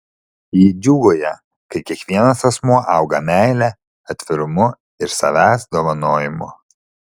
ji džiūgauja kai kiekvienas asmuo auga meile atvirumu ir savęs dovanojimu